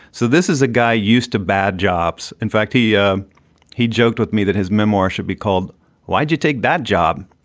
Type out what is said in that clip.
so this is a guy used to bad jobs. in fact, he yeah he joked with me that his memoir should be called why do you take that job?